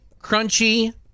Crunchy